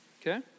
Okay